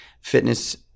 fitness